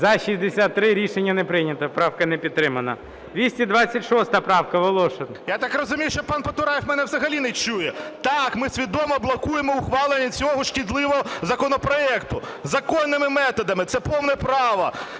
За-63 Рішення не прийнято. Правка не підтримана. 226 правка. Волошин. 11:15:25 ВОЛОШИН О.А. Я так розумію, що пан Потураєв мене взагалі не чує. Так, ми свідомо блокуємо ухвалення цього шкідливого законопроекту законними методами, це повне право.